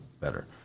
better